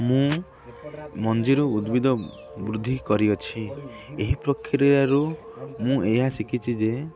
ମୁଁ ମଞ୍ଜିରୁ ଉଦ୍ଭିଦ ବୃଦ୍ଧି କରିଅଛି ଏହି ପ୍ରକ୍ରିୟାରୁ ମୁଁ ଏହା ଶିଖିଛି ଯେ